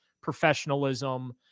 professionalism